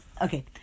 Okay